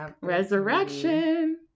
resurrection